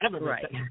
Right